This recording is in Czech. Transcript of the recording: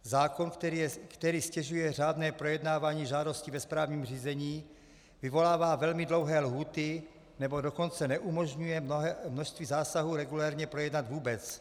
Zákon, který ztěžuje řádné projednávání žádostí ve správním řízení, vyvolává velmi dlouhé lhůty, anebo dokonce neumožňuje množství zásahů regulérně projednat vůbec.